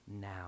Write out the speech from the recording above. now